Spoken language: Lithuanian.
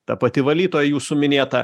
ta pati valytoja jūsų minėta